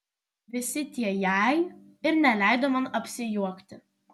visi tie jei ir neleido man apsijuokti